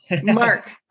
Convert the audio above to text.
Mark